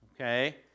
Okay